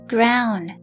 Ground